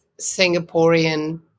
Singaporean